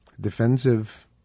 defensive